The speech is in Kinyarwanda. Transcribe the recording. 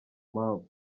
mpamvu